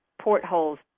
portholes